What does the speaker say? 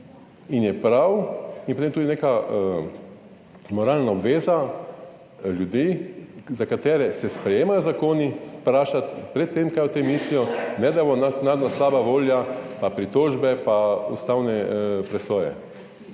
in je prav in potem tudi neka moralna obveza ljudi, za katere se sprejemajo zakoni, vprašati pred tem, kaj o tem mislijo, ne da bo naknadno slaba volja, pa pritožbe, pa ustavne presoje.